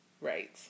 right